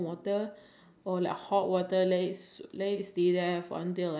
you know if you have any whitehead or blackhead I think that's really nice